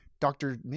Doctor